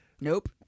Nope